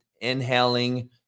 inhaling